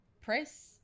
press